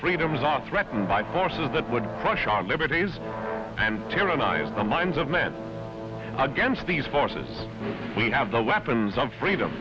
freedoms are threatened by forces that would crush our liberties and tyrannized the minds of men against these forces we have the weapons of freedom